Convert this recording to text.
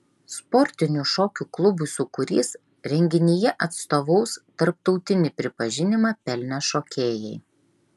sportinių šokių klubui sūkurys renginyje atstovaus tarptautinį pripažinimą pelnę šokėjai